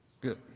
Good